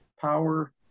power